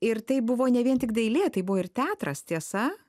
ir tai buvo ne vien tik dailė tai buvo ir teatras tiesa